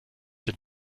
denn